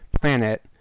planet